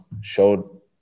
showed